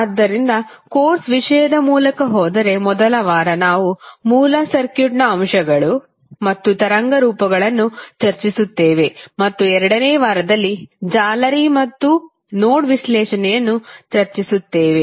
ಆದ್ದರಿಂದ ನಾವು ಕೋರ್ಸ್ ವಿಷಯದ ಮೂಲಕ ಹೋದರೆ ಮೊದಲ ವಾರ ನಾವು ಮೂಲ ಸರ್ಕ್ಯೂಟ್ ಅಂಶಗಳು ಮತ್ತು ತರಂಗರೂಪಗಳನ್ನು ಚರ್ಚಿಸುತ್ತೇವೆ ಮತ್ತು 2 ನೇ ವಾರದಲ್ಲಿ ಜಾಲರಿ ಮತ್ತು ನೋಡ್ ವಿಶ್ಲೇಷಣೆಯನ್ನು ಚರ್ಚಿಸುತ್ತೇವೆ